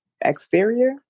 exterior